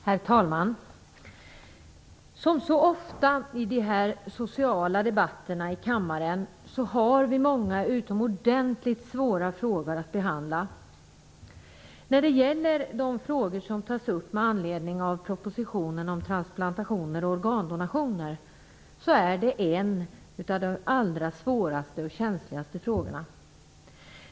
Herr talman! Som så ofta i de sociala debatterna här i kammaren har vi många utomordentligt svåra frågor att behandla. Frågor som tas upp med anledning av propositionen om transplantationer och organdonationer tillhör de allra svåraste och känsligaste.